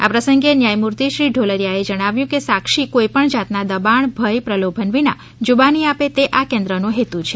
આ પ્રસંગે ન્યાયમૂર્તિ શ્રી ઢોલરીયાઓ જણાવ્યું હતું કે સાક્ષી કોઇપણ જાતના દબાણ ભય પ્રલોભન વિના જૂબાની આપે તે આ કેન્દ્રનો હેતુ છે